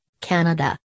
Canada